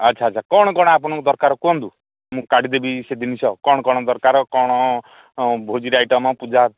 ଆଚ୍ଛା ଆଚ୍ଛା କ'ଣ କ'ଣ ଆପଣ ଦରକାର କୁହନ୍ତୁ ମୁଁ କାଢ଼ିଦେବି ସେ ଜିନିଷ କ'ଣ କ'ଣ ଦରକାର କ'ଣ ଭୋଜିରେ ଆଇଟମ୍ ପୂଜା